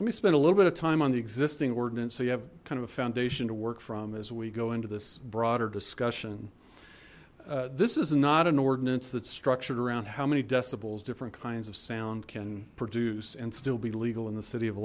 me spend a little bit of time on the existing ordinance so you have kind of a foundation to work from as we go into this broader discussion this is not an ordinance that's structured around how many decibels different kinds of sound can produce and still be legal in the city of